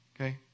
Okay